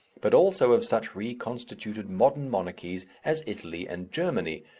but also of such reconstituted modern monarchies as italy and germany,